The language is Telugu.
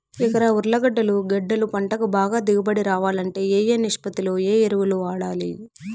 ఎకరా ఉర్లగడ్డలు గడ్డలు పంటకు బాగా దిగుబడి రావాలంటే ఏ ఏ నిష్పత్తిలో ఏ ఎరువులు వాడాలి?